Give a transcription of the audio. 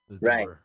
Right